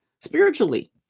Spiritually